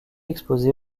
exposé